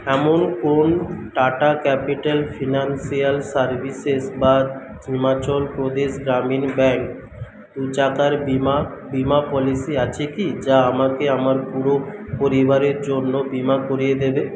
এমন কোন Tata capital financial services বা হিমাচল প্রদেশ গ্রামীণ ব্যাঙ্ক দু চাকার বীমা বীমা পলিসি আছে কি যা আমাকে আমার পুরো পরিবারের জন্য বীমা করিয়ে দেবে